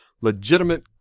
legitimate